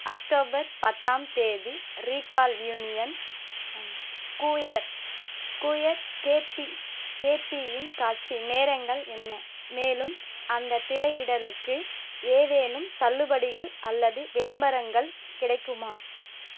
October பத்தாம் தேதி Regal Union Square square கேபி கேபியின் காட்சி நேரங்கள் என்ன மேலும் அந்தத் திரையிடலுக்கு ஏதேனும் தள்ளுபடிகள் அல்லது விளம்பரங்கள் கிடைக்குமா